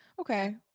Okay